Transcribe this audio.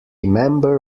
member